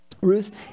Ruth